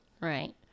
Right